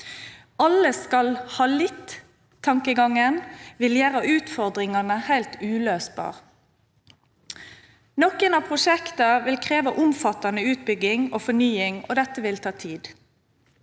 Alle-skal-ha-litt-tankegangen vil gjøre utfordringene helt uløselige. Noen av prosjektene vil kreve omfattende utbygging og fornying, og dette vil ta tid.